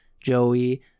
Joey